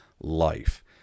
life